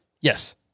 Yes